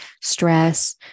stress